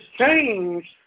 change